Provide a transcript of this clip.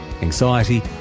anxiety